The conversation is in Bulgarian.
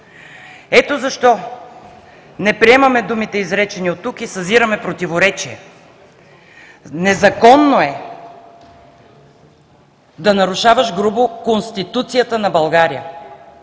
Ето защо не приемаме думите, изречени от тук, и съзираме противоречие. Незаконно е да нарушаваш грубо Конституцията на България,